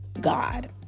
God